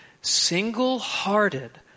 single-hearted